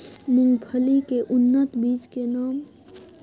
मूंगफली के उन्नत बीज के नाम?